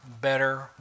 better